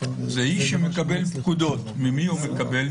זה איש שמקבל פקודות, ממי הוא מקבל?